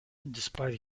despite